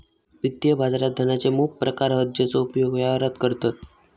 वित्तीय बाजारात धनाचे मोप प्रकार हत जेचो उपयोग व्यवहारात करतत